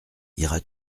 iras